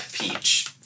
peach